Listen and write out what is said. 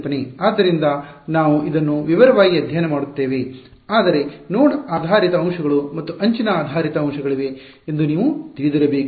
ಆದ್ದರಿಂದ ನಾವು ಇದನ್ನು ವಿವರವಾಗಿ ಅಧ್ಯಯನ ಮಾಡುತ್ತೇವೆ ಆದರೆ ನೋಡ್ ಆಧಾರಿತ ಅಂಶಗಳು ಮತ್ತು ಅಂಚಿನ ಆಧಾರಿತ ಅಂಶಗಳಿವೆ ಎಂದು ನೀವು ತಿಳಿದಿರಬೇಕು